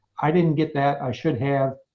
i didn't get that. i should have.